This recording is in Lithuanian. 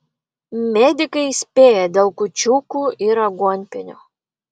medikai įspėja dėl kūčiukų ir aguonpienio